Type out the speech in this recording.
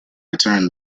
return